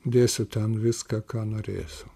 dėsiu ten viską ką norėsiu